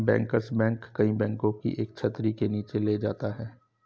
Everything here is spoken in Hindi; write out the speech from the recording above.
बैंकर्स बैंक कई बैंकों को एक छतरी के नीचे ले जाता है